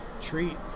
treat